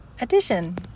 edition